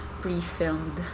pre-filmed